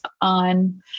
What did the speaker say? on